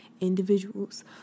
individuals